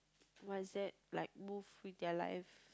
what's that like move with their life